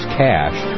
cash